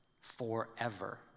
forever